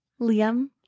Liam